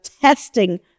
testing